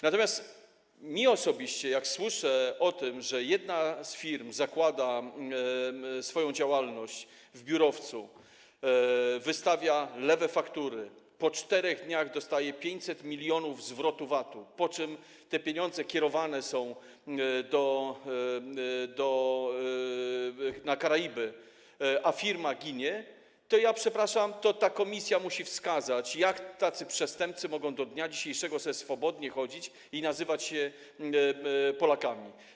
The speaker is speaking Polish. Natomiast jak słyszę o tym, że jedna z firm zakłada swoją działalność w biurowcu, wystawia lewe faktury, po 4 dniach dostaje 500 mln zwrotu VAT-u, po czym te pieniądze kierowane są na Karaiby, a firma ginie, to przepraszam, ale ta komisja musi wskazać, jak tacy przestępcy mogą do dnia dzisiejszego sobie swobodnie chodzić i nazywać się Polakami.